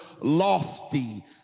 lofty